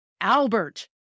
albert